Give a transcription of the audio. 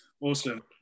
Awesome